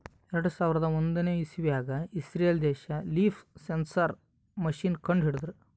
ಎರಡು ಸಾವಿರದ್ ಒಂದನೇ ಇಸವ್ಯಾಗ್ ಇಸ್ರೇಲ್ ದೇಶ್ ಲೀಫ್ ಸೆನ್ಸರ್ ಮಷೀನ್ ಕಂಡು ಹಿಡದ್ರ